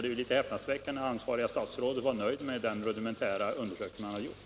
Det är ju häpnadsväckande att det ansvariga statsrådet var nöjd med den rudimentära undersökning som gjordes.